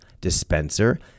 dispenser